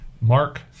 Mark